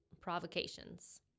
provocations